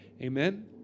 Amen